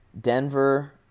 Denver